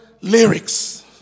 lyrics